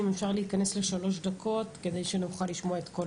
אבקש להתכנס לשלוש דקות כל דובר.